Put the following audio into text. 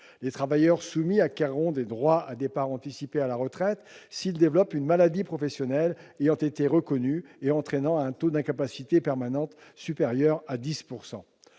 les travailleurs soumis acquerront des " droits à départ anticipé à la retraite " s'ils développent une " maladie professionnelle " ayant été " reconnue " et entraînant un taux d'incapacité permanente supérieur à 10 %.